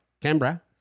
Canberra